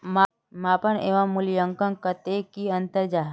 मापन एवं मूल्यांकन कतेक की अंतर जाहा?